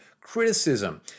criticism